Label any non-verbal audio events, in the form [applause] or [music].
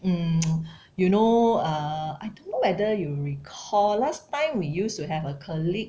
mm [noise] you know err I don't know whether you recall last time we used to have a colleague